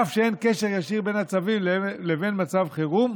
אף על פי שאין קשר ישיר בין הצווים לבין מצב חירום,